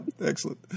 excellent